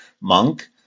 monk